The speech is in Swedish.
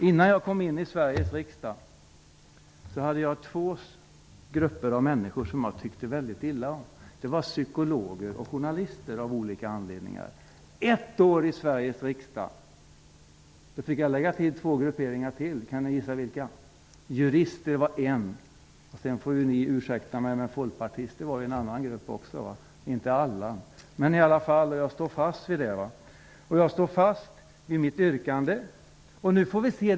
Innan jag kom in i Sveriges riksdag var det två grupper av människor som jag tyckte väldigt illa om. Det var av olika anledningar psykologer och journalister. Efter ett år i Sveriges riksdag fick jag lägga till ytterligare två grupper. Kan ni gissa vilka? Jo, jurister och -- ni får ursäkta mig -- folkpartister, visserligen inte alla folkpartister, men i alla fall. Jag står fast vid det. Och jag står fast vid mitt yrkande. Nu får vi se hur det går.